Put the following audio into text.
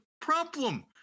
problem